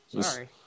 Sorry